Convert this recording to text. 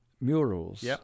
murals